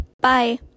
Bye